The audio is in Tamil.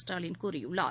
ஸ்டாலின் கூறியுள்ளார்